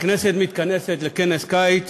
הכנסת מתכנסת לכנס קיץ